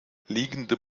liegende